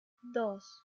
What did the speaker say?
dos